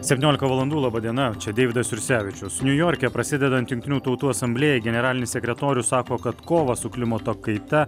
septyniolika valandų laba diena čia deividas jursevičius niujorke prasidedant jungtinių tautų asamblėjai generalinis sekretorius sako kad kovą su klimato kaita